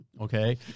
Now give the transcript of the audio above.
okay